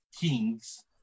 kings